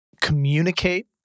communicate